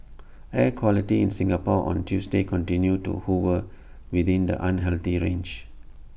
air quality in Singapore on Tuesday continues to hover within the unhealthy range